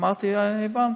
אמרתי, הבנתי,